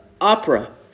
Opera